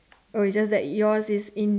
oh it's just that yours is in